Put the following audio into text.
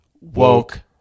woke